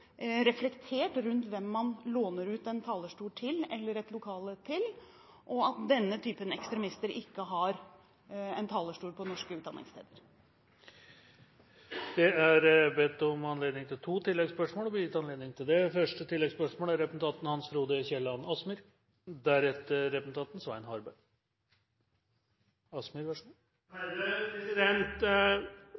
reflektert rundt hvem man låner ut en talerstol eller et lokale til, og at denne typen ekstremister ikke har en talerstol på norske utdanningssteder. Det er bedt om og gitt anledning til to